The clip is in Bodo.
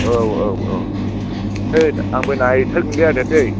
औ औ औ हैद आंबो नायहैथारगोन आदा दै